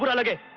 but look at